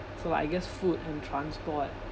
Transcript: so I guess food and transport